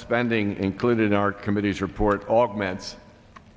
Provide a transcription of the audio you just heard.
spending included in our committee's report augments